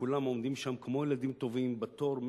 וכולם עומדים שם כמו ילדים טובים בתור,